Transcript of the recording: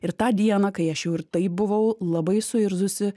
ir tą dieną kai aš jau ir taip buvau labai suirzusi